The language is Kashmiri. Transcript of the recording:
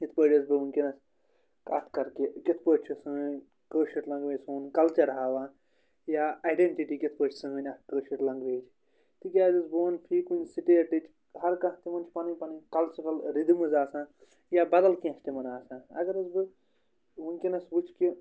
یِتھ پٲٹھۍ حظ بہٕ ؤنکیٚنَس کَتھ کَرٕ کہِ کِتھ پٲٹھۍ چھِ سٲنۍ کٲشِر لنٛگویج سون کَلچَر ہاوان یا آیڈَنٹِٹی کِتھ پٲٹھۍ سٲنۍ اَکھ کٲشِر لنٛگویج تِکیازِ حظ بہٕ وَنہٕ فی کُنہِ سِٹیٹٕچ ہر کانٛہہ تِمَن چھِ پَنٕنۍ پَنٕنۍ کَلچرَل رِدٕمٕز آسان یا بَدَل کینٛہہ چھِ تِمَن آسان اگر حظ بہٕ ؤنکیٚنَس وٕچھ کہِ